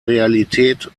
realität